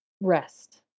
rest